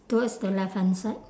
towards the left hand side